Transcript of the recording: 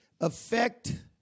affect